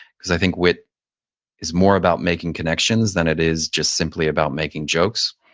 because i think wit is more about making connections than it is just simply about making jokes.